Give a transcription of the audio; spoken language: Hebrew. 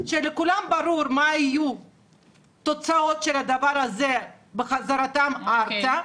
כשלכולם ברור מה יהיו התוצאות של הדבר הזה בחזרתם ארצה,